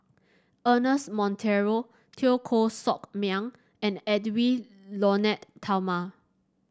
Ernest Monteiro Teo Koh Sock Miang and Edwy Lyonet Talma